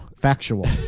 Factual